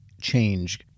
change